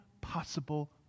possible